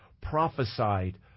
prophesied